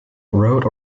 wrote